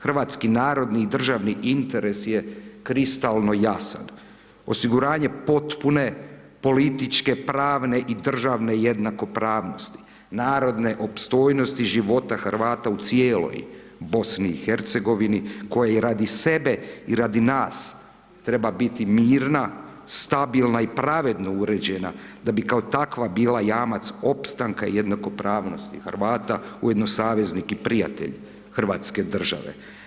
Hrvatski narod i državni interes je kristalno jasan. osiguranje potpune politike, pravne i državne jednakopravnosti, narodne opstojnosti života Hrvata u cijeloj BiH koja radi sebe i radi nas treba biti mirna, stabilna i pravedno uređena da bi kao takva bila jamac opstanka jednakopravnosti Hrvata, ujedno i saveznik i prijatelj hrvatske države.